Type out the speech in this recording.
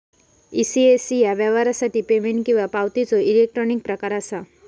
ECS ह्या व्यवहारासाठी payment किंवा पावतीचो इलेक्ट्रॉनिक प्रकार असा